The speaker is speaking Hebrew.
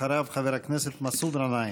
אחריו, חבר הכנסת מסעוד גנאים.